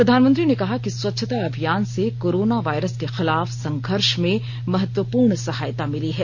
प्रधानमंत्री ने कहा कि स्वच्छता अभियान से कोरोना वायरस के खिलाफ संघर्ष में महत्वपूर्ण सहायता मिली है